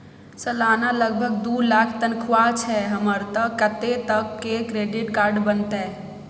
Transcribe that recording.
सलाना लगभग दू लाख तनख्वाह छै हमर त कत्ते तक के क्रेडिट कार्ड बनतै?